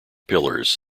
pillars